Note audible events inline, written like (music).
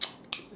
(noise)